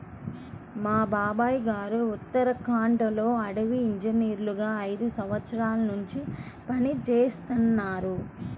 మా బాబాయ్ గారు ఉత్తరాఖండ్ లో అటవీ ఇంజనీరుగా ఐదు సంవత్సరాల్నుంచి పనిజేత్తన్నారు